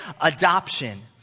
Adoption